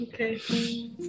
Okay